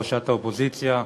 ראשת האופוזיציה,